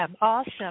awesome